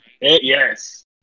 Yes